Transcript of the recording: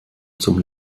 zum